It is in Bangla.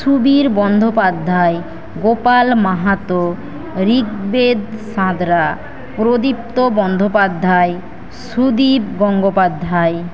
সুবীর বন্দ্যোপাধ্যায় গোপাল মাহাতো ঋগ্বেদ সাঁতরা প্রদীপ্ত বন্দ্যোপাধ্যায় সুদীপ গঙ্গোপাধ্যায়